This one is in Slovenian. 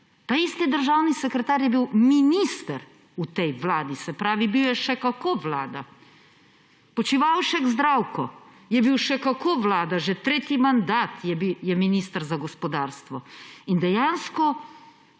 Taisti državni sekretar je bil minister v tej vladi! Se pravi, bil je še kako vlada. Počivalšek Zdravko je bil še kako vlada, že tretji mandat je minister za gospodarstvo! Dejansko